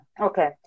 Okay